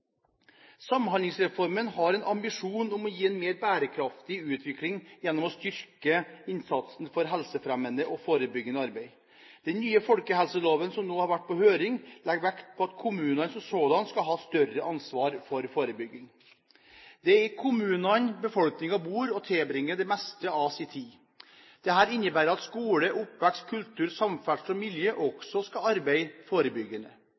Samhandlingsreformen har en ambisjon om å gi en mer bærekraftig utvikling gjennom å styrke innsatsen for helsefremmende og forebyggende arbeid. Den nye folkehelseloven som nå har vært på høring, legger vekt på at kommunene som sådanne skal ha større ansvar for forebygging. Det er i kommunene befolkningen bor og tilbringer det meste av sin tid. Dette innebærer at arenaene skole, oppvekst, kultur, samferdsel og miljø også skal arbeide forebyggende.